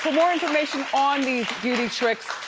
more information on these beauty tricks,